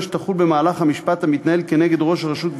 שתחול במהלך המשפט המתנהל כנגד ראש רשות,